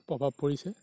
প্ৰভাৱ পৰিছে